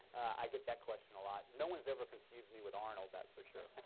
i get that question a lot. no one's ever confused me with arnold. that's for sure.